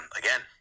again